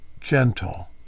gentle